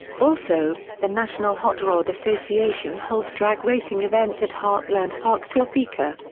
also, the national hot rod association holds drag racing events at heartland park topeka.